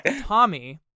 Tommy